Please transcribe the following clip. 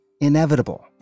inevitable